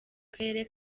karere